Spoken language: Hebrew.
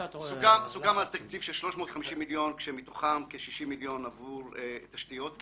סוכם על תקציב של 350 מיליון שקלים כאשר מתוכם כ-60 מיליון עבור תשתיות,